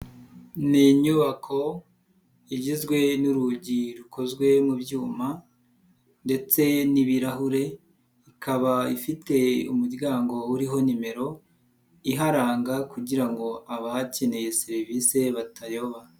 Ni inyubako igizwe n'urugi rukozwe mu byuma ndetse n'ibirahure, ikaba ifite umuryango uriho nimero iharanga kugira ngo abahakeneye serivise batayoba.